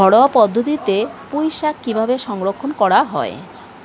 ঘরোয়া পদ্ধতিতে পুই শাক কিভাবে সংরক্ষণ করা হয়?